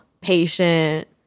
patient